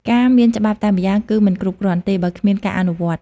ការមានច្បាប់តែម្យ៉ាងគឺមិនគ្រប់គ្រាន់ទេ បើគ្មានការអនុវត្ត។